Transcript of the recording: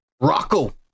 Rocco